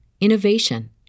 innovation